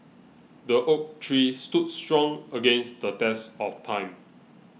the oak tree stood strong against the test of time